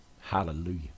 Hallelujah